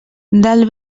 del